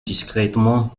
discrètement